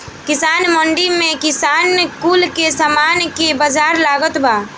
किसान मंडी में किसान कुल के सामान के बाजार लागता बा